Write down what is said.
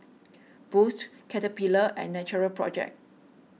Boost Caterpillar and Natural Project